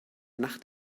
nacht